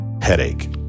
headache